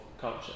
culture